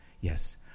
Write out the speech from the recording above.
yes